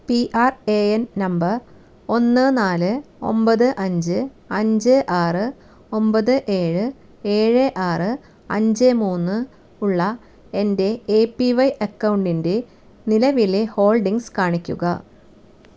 P R A N number ഒന്ന് നാല് ഒമ്പത് അഞ്ച് അഞ്ച് ആറ് ഒമ്പത് ഏഴ് ഏഴ് ആറ് അഞ്ച് മൂന്ന് ഉള്ള എൻ്റെ എ പി വൈ അക്കൗണ്ടിൻ്റെ നിലവിലെ ഹോൾഡിംഗ്സ് കാണിക്കുക